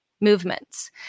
movements